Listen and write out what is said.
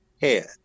head